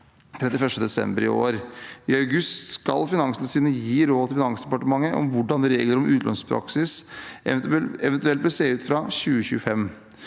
31. desember i år. I august skal Finanstilsynet gi råd til Finansdepartementet om hvordan regler om utlånspraksis eventuelt bør se ut fra 2025.